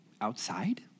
outside